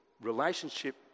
relationship